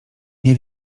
nie